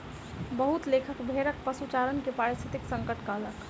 बहुत लेखक भेड़क पशुचारण के पारिस्थितिक संकट कहलक